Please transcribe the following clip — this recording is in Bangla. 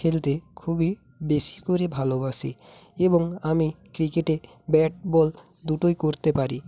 খেলতে খুবই বেশি করে ভালবাসি এবং আমি ক্রিকেটে ব্যাট বল দুটোই করতে পারি